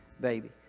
baby